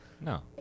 No